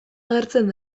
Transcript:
agertzen